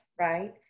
right